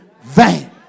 vain